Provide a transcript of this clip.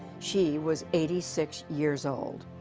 she was eighty six years old.